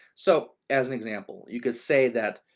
so as an example, you could say that,